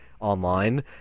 online